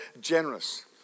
generous